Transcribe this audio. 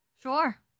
Sure